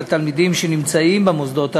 לתלמידים שנמצאים במוסדות הללו,